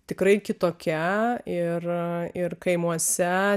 tikrai kitokia ir ir kaimuose